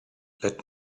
let